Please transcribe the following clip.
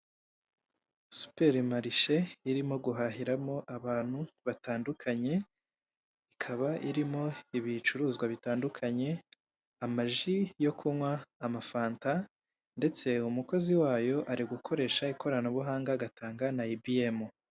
Superimarishe irimo guhahiramo abantu batandukanye, ikaba irimo ibicuruzwa bitandukanye amaji yo kunywa, amafanta ndetse umukozi wayo ari gukoresha ikoranabuhanga agatanga na ibiyemu.